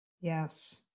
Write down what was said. Yes